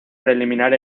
preliminar